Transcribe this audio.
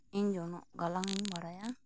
ᱤᱧ ᱡᱚᱱᱚᱜ ᱜᱟᱞᱟᱝ ᱤᱧ ᱵᱟᱲᱟᱭᱟ